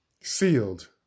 Sealed